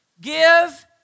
give